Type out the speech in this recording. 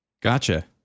gotcha